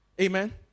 Amen